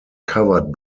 covered